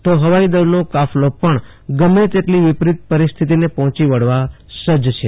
તો હવાઈ દળનો કાફલો પણ ગમે તેટલી વિપરીત પરિસ્થિતિને પહોંચી વળવા સજ્જ છે